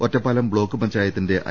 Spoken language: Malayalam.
ഒറ്റപ്പാലം ബ്ലോക്ക് പഞ്ചായത്തിന്റെ ഐ